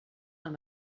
dans